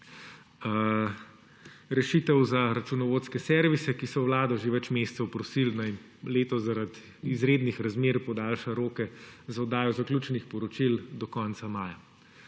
rešitev za računovodske servise, ki so Vlado že več mesecev prosili, naj jim letos zaradi izrednih razmer podaljša roke za oddajo zaključnih poročil do konca maja.